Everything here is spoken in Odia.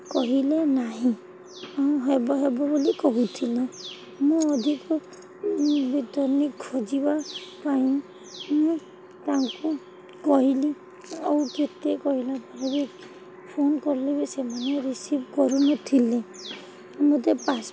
କହିଲେ ନାହିଁ ହଁ ହେବ ହେବ ବୋଲି କହୁଥିଲେ ମୁଁ ଅଧିକ ଖୋଜିବା ପାଇଁ ମୁଁ ତାଙ୍କୁ କହିଲି ଆଉ କେତେ କହିଲା ପରେ ଫୋନ୍ କଲେ ବି ସେମାନେ ରିସିଭ୍ କରୁନଥିଲେ ମୋତେ ପାସ୍ପୋର୍ଟ୍